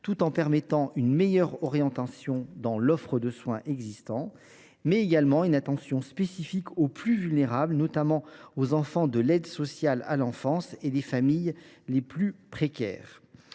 tout en permettant une meilleure orientation dans l’offre de soins existante. Nous allons aussi porter une attention spécifique aux plus vulnérables, notamment aux enfants de l’aide sociale à l’enfance (ASE) et aux familles les plus précaires.